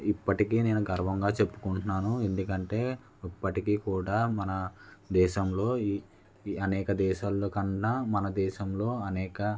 ఇప్పటికీ నేను గర్వంగా చెప్పుకుంటున్నాను ఎందుకంటే ఇప్పటికీ కూడా మన దేశంలో అనేక దేశాల్లో కన్నా మన దేశంలో అనేక